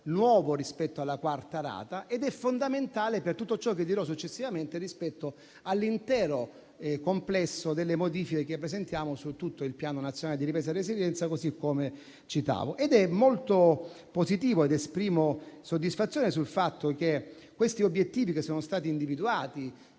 nuovo rispetto alla quarta rata ed è fondamentale per tutto ciò che dirò successivamente rispetto all'intero complesso delle modifiche che presentiamo su tutto il Piano nazionale di ripresa e resilienza, come ho ricordato. È molto positivo - ed esprimo soddisfazione su questo - il fatto che questi obiettivi, che sono stati individuati